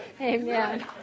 Amen